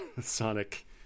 sonic